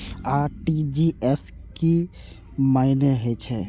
RTGS के की मानें हे छे?